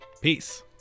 Peace